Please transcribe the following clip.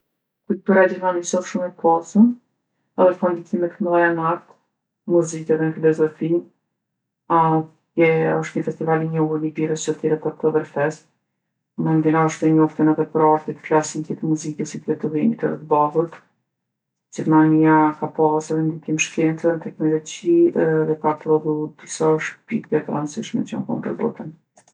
Kultura e Gjermanisë osht shumë e pasun edhe ka ndikime t'mdhaja n'art, n'muzikë edhe n'filozofi. A- tje osht ni festival i njohun i birrës që thirret Oktoberfest. Mandena osht e njoftun edhe për artet klasike t'muzikës si t'Betovenit edhe t'Bahut. Gjermania ka pasë edhe ndikim n'shkencë edhe n'teknologji edhe ka prodhu disa shipkje t'randishme që jon konë për botën.